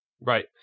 Right